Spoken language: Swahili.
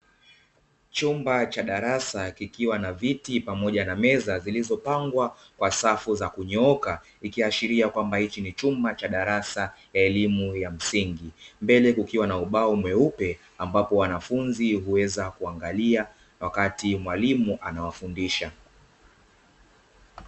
Chumba cha darasa, kikiwa na viti pamoja meza, zilizopangwa kwa safu za kunyooka, ikiashiria kwamba hili ni chumba cha darasa elimu ya msingi, mbele kukiwa na ubao mweupe ambapo wanafunzi huweza kuangalia wakati mwalimu anawafundisha.